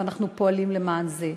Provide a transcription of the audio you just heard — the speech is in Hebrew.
ואנחנו פועלים למען זה,